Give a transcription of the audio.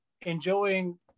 enjoying